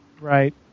Right